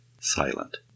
silent